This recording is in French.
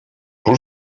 pour